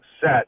set